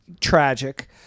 Tragic